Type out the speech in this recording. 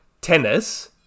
tennis